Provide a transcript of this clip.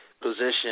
position